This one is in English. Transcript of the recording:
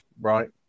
right